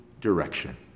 direction